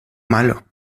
malo